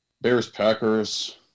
Bears-Packers